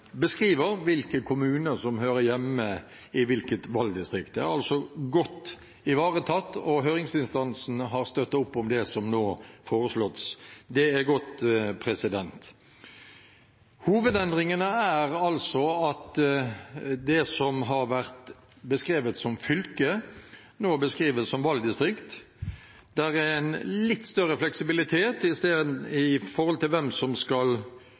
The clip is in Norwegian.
beskriver hvilke kommuner som hører hjemme i hvilket valgdistrikt. Det er altså godt ivaretatt, og høringsinstansene har støttet opp om det som nå foreslås. Det er godt. Hovedendringene er at det som har vært beskrevet som fylke, nå beskrives som valgdistrikt, og det er en litt større fleksibilitet når det gjelder hvem som skal